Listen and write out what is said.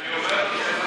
אני אומר לו שאתה צודק.